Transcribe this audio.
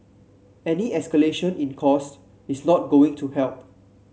any escalation in cost is not going to help